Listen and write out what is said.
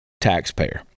taxpayer